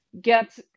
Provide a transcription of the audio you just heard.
get